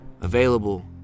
available